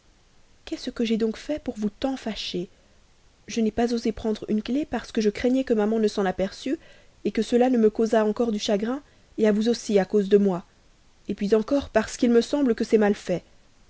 qu'est-ce que j'ai donc fait pour vous tant fâcher je n'ai pas osé prendre une clef parce que je craignais que maman ne s'en aperçût que cela ne me causât encore du chagrin à vous aussi à cause de moi puis encore parce qu'il me semble que c'est mal fait